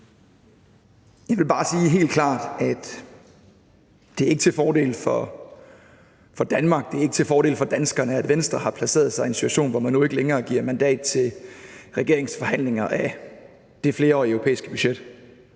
Jeg vil bare sige helt klart, at det ikke er til fordel for Danmark, det er ikke til fordel for danskerne, at Venstre har placeret sig i en situation, hvor man nu ikke længere giver mandat til regeringens forhandlinger af det flerårige europæiske budget.